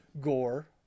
gore